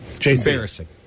Embarrassing